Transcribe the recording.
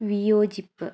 വിയോജിപ്പ്